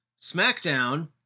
SmackDown